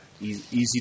easy